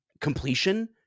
completion